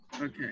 Okay